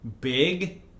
big